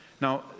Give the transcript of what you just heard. Now